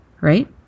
right